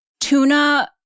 tuna